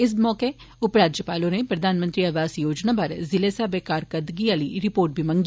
इस मौके उपराज्यपाल होरें प्रधानमंत्री आवास योजना बारै जिलें स्हाबै कारकरदगी आहली रिपोर्ट बी मंग्गी